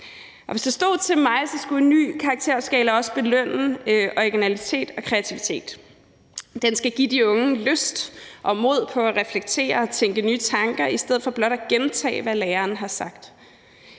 Hvis det stod til mig, skal en ny karakterskala også belønne originalitet og kreativitet. Den skal give de unge lyst til og mod på at reflektere og tænke nye tanker i stedet for blot at gentage, hvad læreren har sagt.